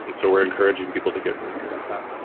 and so we're encouraging people to get really good at that.